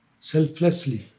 selflessly